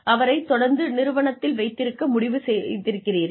அவரை தொடர்ந்து நிறுவனத்தில் வைத்திருக்க முடிவு செய்திருக்கிறீர்கள்